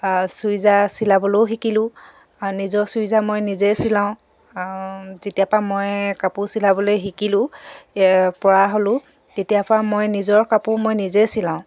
চুইজাৰ চিলাবলেও শিকিলোঁ আৰু নিজৰ চুইজাৰ মই নিজে চিলাওঁ যেতিয়াপা মই কাপোৰ চিলাবলে শিকিলোঁ পৰা হ'লোঁ তেতিয় পৰা মই নিজৰ কাপোৰ মই নিজেই চিলাওঁ